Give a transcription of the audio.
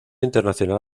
internacional